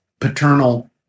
paternal